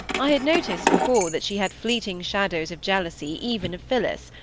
i had noticed before that she had fleeting shadows of jealousy even of phillis,